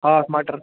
ہاکھ مَٹر